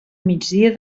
migdia